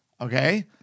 okay